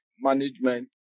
management